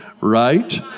right